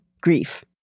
grief